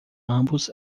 ambos